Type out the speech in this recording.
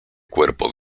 cuerpo